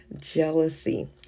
jealousy